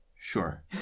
Sure